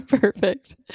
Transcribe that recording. Perfect